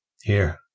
Here